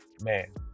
man